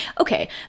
okay